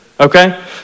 Okay